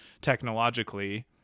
technologically